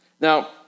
Now